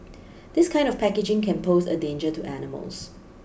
this kind of packaging can pose a danger to animals